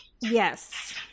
Yes